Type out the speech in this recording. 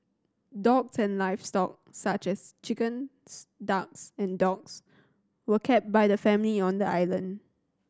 dogs and livestock such as chickens ducks and dogs were kept by the family on the island